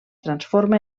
transforma